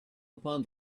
upon